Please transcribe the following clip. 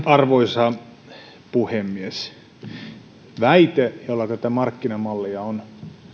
arvoisa puhemies se väite jolla tätä markkinamallia on